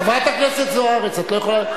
חברת הכנסת זוארץ, את לא יכולה.